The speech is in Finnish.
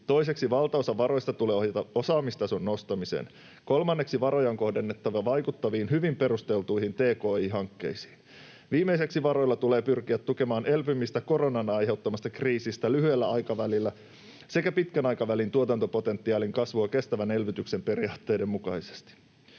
Toiseksi valtaosa varoista tulee ohjata osaamistason nostamiseen. Kolmanneksi varoja on kohdennettava vaikuttaviin, hyvin perusteltuihin tki-hankkeisiin. Viimeiseksi varoilla tulee pyrkiä tukemaan elpymistä koronan aiheuttamasta kriisistä lyhyellä aikavälillä sekä pitkän aikavälin tuotantopotentiaalin kasvua kestävän elvytyksen periaatteiden mukaisesti.”